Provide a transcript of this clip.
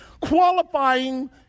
qualifying